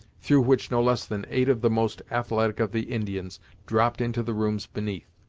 through which no less than eight of the most athletic of the indians dropped into the rooms beneath.